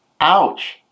Ouch